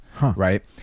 Right